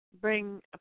bring